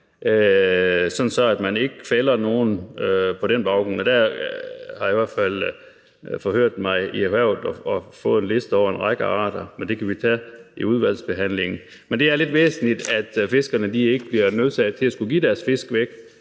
at man ikke fælder nogen på den baggrund. Der har jeg i hvert fald forhørt mig hos erhvervet og fået en liste over en række arter, men det kan vi tage i udvalgsbehandlingen. Det er lidt væsentligt, at fiskerne ikke bliver nødsaget til at give deres fisk væk